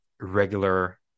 regular